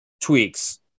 tweaks